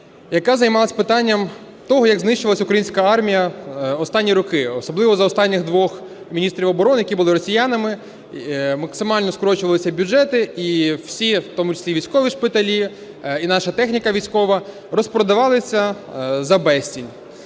яка займалася питанням того, як знищувалась українська армія останні роки, особливо за останніх двох міністрів оборони, які були росіянами, максимально скорочувалися бюджети і всі, в тому числі і військові шпиталі, і наша техніка військова розпродавалися за безцінь.